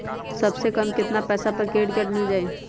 सबसे कम कतना पैसा पर क्रेडिट काड मिल जाई?